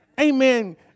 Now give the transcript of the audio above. Amen